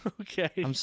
okay